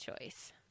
choice